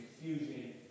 confusion